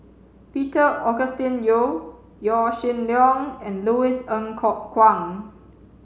Peter Augustine Goh Yaw Shin Leong and Louis Ng Kok Kwang